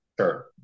Sure